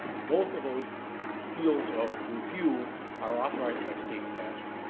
both of those fields of review are authorized by state statute.